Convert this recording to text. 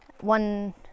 one